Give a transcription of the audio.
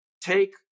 take